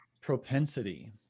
propensity